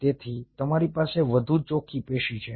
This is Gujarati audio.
તેથી તમારી પાસે વધુ ચોખ્ખી પેશી છે